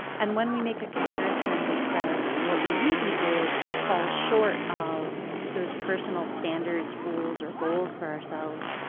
and when we make a comparison that says what we really did falls short of those personal standards, rules or goals for ourselves,